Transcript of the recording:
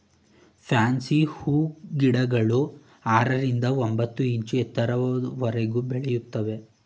fancy ಹೂಗಿಡಗಳು ಆರರಿಂದ ಒಂಬತ್ತು ಇಂಚು ಎತ್ತರದವರೆಗೆ ಬೆಳಿತವೆ